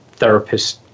therapists